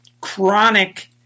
chronic